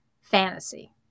fantasy